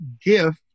gift